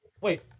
Wait